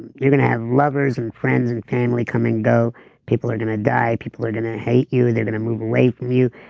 you're going to have lovers, and friends and family, come and go people are going to die, people are going to hate you. they're going to move away from you,